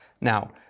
Now